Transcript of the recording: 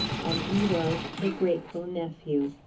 and he was her grateful nephew.